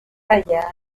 allá